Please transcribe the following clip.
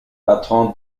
patron